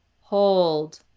hold